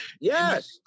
Yes